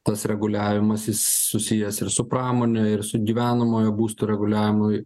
tas reguliavimas jis susijęs ir su pramone ir su gyvenamojo būsto reguliavimui